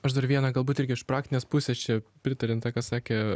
aš dar vieną galbūt irgi iš praktinės pusės čia pritariant tai ką sakė